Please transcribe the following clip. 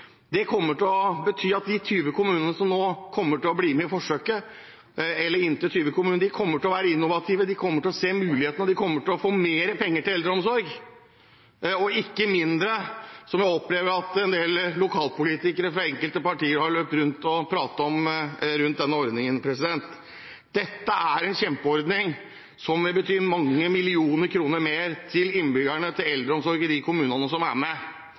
Det kommer til å bety at inntil 20 kommuner blir med i forsøket. De kommer til å være innovative og se mulighetene. De kommer til å få mer penger til eldreomsorg, og ikke mindre, som jeg opplever at en del lokalpolitikere fra enkelte partier har løpt rundt og pratet om i forbindelse med denne ordningen. Dette er en kjempeordning, som vil bety mange millioner kroner mer til innbyggerne, til eldreomsorgen i de kommunene som er med.